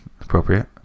Appropriate